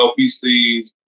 LPCs